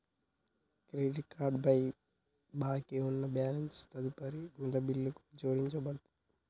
credit card పై బాకీ ఉన్న బ్యాలెన్స్ తదుపరి నెల బిల్లుకు జోడించబడతది